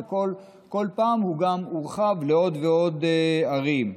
כל פעם הוא גם הורחב לעוד ועוד ערים.